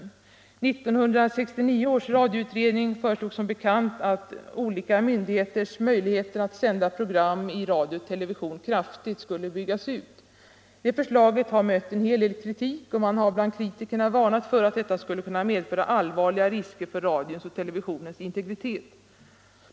1969 års radioutredning föreslog som bekant att olika myndigheters möjligheter att sända program i radio och TV kraftigt skulle byggas ut. Det förslaget har mött en hel del kritik, och man har bland kritikerna varnat för att detta skulle kunna medföra allvarliga risker för radions och televisionens integritet.